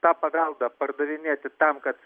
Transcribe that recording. tą paveldą pardavinėti tam kad